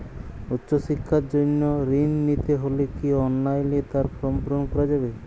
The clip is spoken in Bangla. উচ্চশিক্ষার জন্য ঋণ নিতে হলে কি অনলাইনে তার ফর্ম পূরণ করা যাবে?